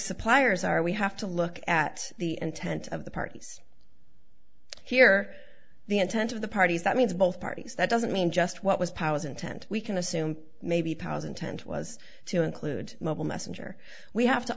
suppliers are we have to look at the intent of the parties here the intent of the parties that means both parties that doesn't mean just what was powers intent we can assume maybe pozen tent was to include mobile messenger we have to